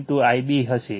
Ib હશે